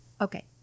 Okay